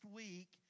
week